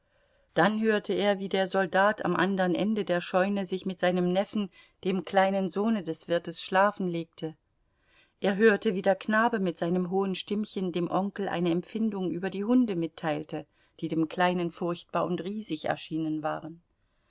dann hörte er wie der soldat am anderen ende der scheune sich mit seinem neffen dem kleinen sohne des wirtes schlafen legte er hörte wie der knabe mit seinem hohen stimmchen dem onkel seine empfindungen über die hunde mitteilte die dem kleinen furchtbar und riesig erschienen waren